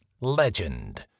legend